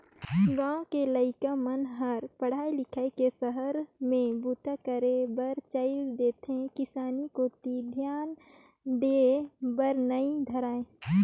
गाँव के लइका मन हर पढ़ लिख के सहर में बूता करे बर चइल देथे किसानी कोती धियान देय बर नइ धरय